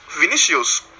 Vinicius